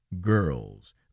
girls